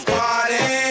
party